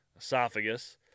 esophagus